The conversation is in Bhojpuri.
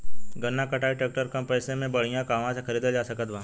गन्ना कटाई ट्रैक्टर कम पैसे में बढ़िया कहवा से खरिदल जा सकत बा?